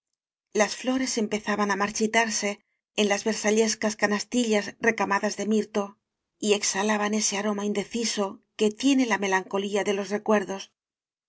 las flores empezaban á marchitarse en las versallescas canastillas recamadas de mirto y exhalaban ese aroma indeciso que tiene la melancolía de los re